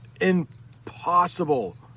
impossible